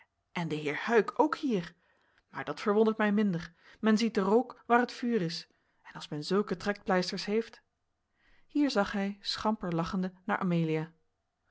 en de heer huyck ook hier maar dat verwondert mij minder men ziet den rook waar het vuur is en als men zulke trekpleisters heeft hier zag hij schamper lachende naar amelia